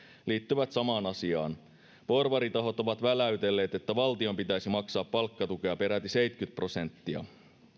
liittyvät samaan asiaan porvaritahot ovat väläytelleet että valtion pitäisi maksaa palkkatukea peräti seitsemänkymmentä prosenttia